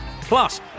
Plus